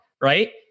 right